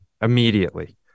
immediately